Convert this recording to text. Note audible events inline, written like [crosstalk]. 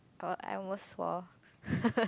oh I was four [laughs]